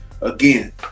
again